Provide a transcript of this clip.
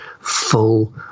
full